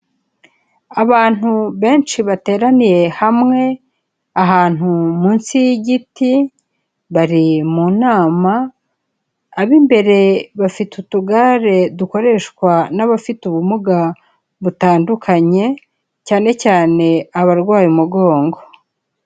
Abantu benshi bateraniye hamwe ahantu munsi y'igiti, bari mu nama, ab'imbere bafite utugare dukoreshwa n'abafite ubumuga butandukanye, cyane cyane abarwaye umugongo.